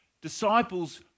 Disciples